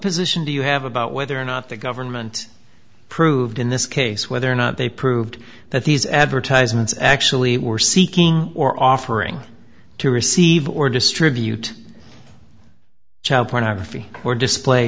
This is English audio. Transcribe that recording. position do you have about whether or not the government proved in this case whether or not they proved that these advertisements actually were seeking or offering to receive or distribute child pornography or display